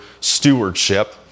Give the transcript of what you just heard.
stewardship